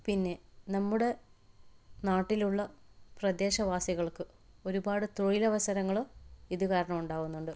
പിന്നെ നമ്മുടെ നാട്ടിലുള്ള പ്രദേശവാസികള്ക്ക് ഒരുപാട് തൊഴിലവസരവങ്ങൾ ഇതുകാരണം ഉണ്ടാകുന്നുണ്ട്